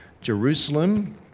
Jerusalem